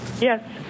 Yes